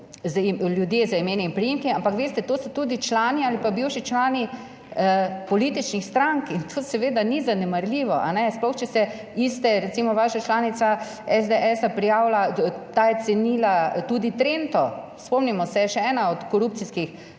ljudje z imeni in priimki, ampak veste, to so tudi člani ali pa bivši člani političnih strank in to seveda ni zanemarljivo. Sploh če se iste, recimo vaša članica SDS prijavila, ta je cenila tudi Trento. Spomnimo se, še ena od korupcijskih